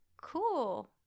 cool